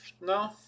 No